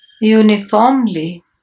uniformly